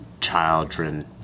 children